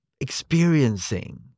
experiencing